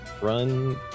run